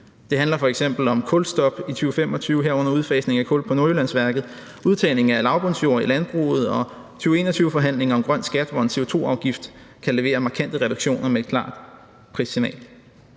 Det handler f.eks. om kulstof i 2025, herunder udfasning af kul på Nordjyllandsværket, udtagning af lavbundsjorde i landbruget og forhandlinger i 2021 om en grøn skat, hvor en CO2-afgift kan levere markante reduktioner med et klart prissignal.